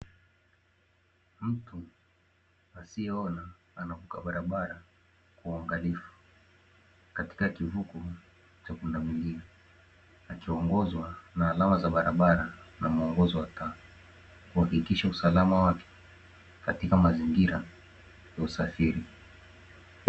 Mtu asiyeona anavuka barabara kwa uangalifu; katika kivuko cha pundamilia, akiongozwa na alama za barabara na muongozo wa taa, kuhakikisha usalama wake katika mazingira ya usafiri